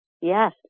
yes